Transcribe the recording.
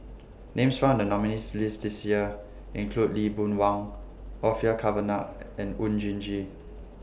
Names found in The nominees' list This Year include Lee Boon Wang Orfeur Cavenagh and Oon Jin Gee